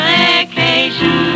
vacation